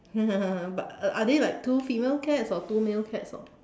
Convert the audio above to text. but uh are they like two female cats or two male cats or